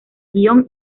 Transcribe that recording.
guion